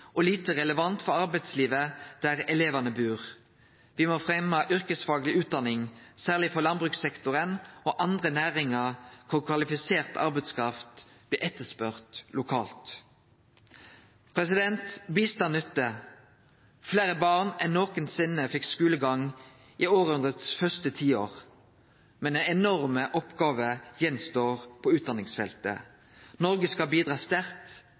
og lite relevant for arbeidslivet der elevane bur. Me må fremje yrkesfagleg utdanning, særleg for landbrukssektoren og andre næringar der kvalifisert arbeidskraft blir etterspurd lokalt. Bistand nyttar! Fleire barn enn nokosinne fekk skulegang i hundreårets første tiår, men enorme oppgåver står att på utdanningsfeltet. Noreg skal bidra sterkt